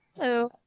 Hello